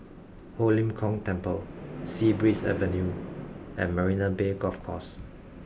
Ho Lim Kong Temple Sea Breeze Avenue and Marina Bay Golf Course